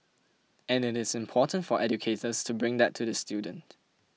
and it is important for educators to bring that to the student